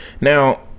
Now